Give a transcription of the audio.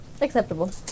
Acceptable